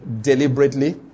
deliberately